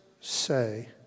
say